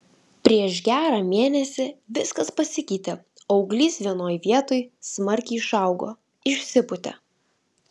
prieš gerą mėnesį viskas pasikeitė auglys vienoj vietoj smarkiai išaugo išsipūtė